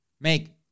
Make